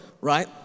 right